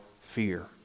fear